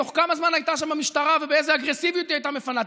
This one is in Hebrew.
תוך כמה זמן הייתה שם המשטרה ובאיזו אגרסיבית היא הייתה מפנה.